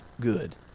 good